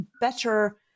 better